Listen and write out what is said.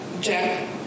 Jack